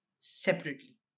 separately